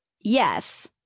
Yes